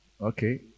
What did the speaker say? Okay